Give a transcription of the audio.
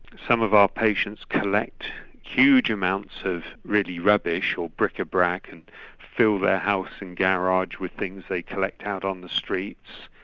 some of our patients collect huge amounts of rubbish, or bric-a-brac, and fill their house and garage with things they collect out on the streets.